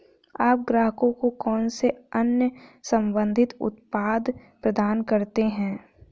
आप ग्राहकों को कौन से अन्य संबंधित उत्पाद प्रदान करते हैं?